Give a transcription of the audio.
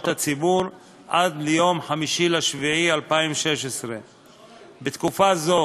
הציבור עד ליום 5 ביולי 1620. בתקופה זו